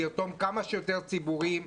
לרתום כמה שיותר ציבורים,